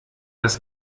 das